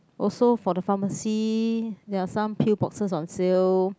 also for the pharmacy there are some pill boxes on sale